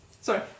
Sorry